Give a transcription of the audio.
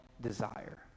desire